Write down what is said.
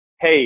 hey